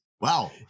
Wow